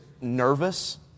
nervous